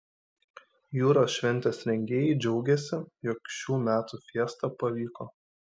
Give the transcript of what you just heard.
jūros šventės rengėjai džiaugiasi jog šių metų fiesta pavyko